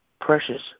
Precious